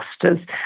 clusters